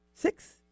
Six